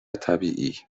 طبیعی